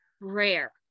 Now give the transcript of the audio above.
rare